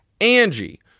Angie